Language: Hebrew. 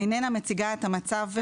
איננה מציגה את המצב.